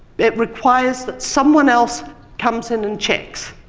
it requires that someone else comes in and checks.